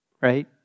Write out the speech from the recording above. right